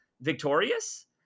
Victorious